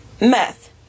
meth